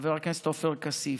חבר הכנסת עופר כסיף,